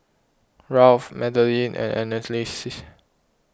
Ralph Madelyn and Anneliese